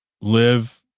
live